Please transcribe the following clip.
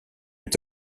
est